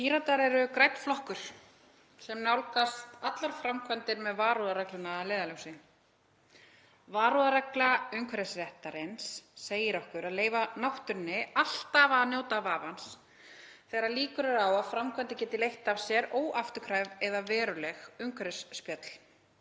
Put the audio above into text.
Píratar eru grænn flokkur sem nálgast allar framkvæmdir með varúðarregluna að leiðarljósi. Varúðarregla umhverfisréttarins segir okkur að leyfa náttúrunni alltaf að njóta vafans þegar líkur eru á að framkvæmdir geti leitt af sér óafturkræf eða veruleg umhverfisspjöll